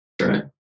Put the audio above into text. Right